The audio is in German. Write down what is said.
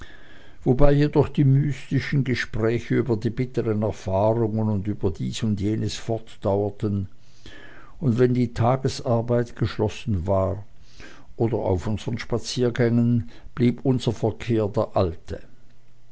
wobei jedoch die mystischen gespräche über die bitteren erfahrungen und über dies und jenes fortdauerten und wenn die tagesarbeit geschlossen war oder auf unseren spaziergängen blieb unser verkehr der alte